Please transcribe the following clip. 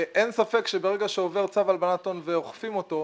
אין ספק שברגע שעובר צו הלבנת הון ואוכפים אותו,